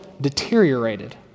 deteriorated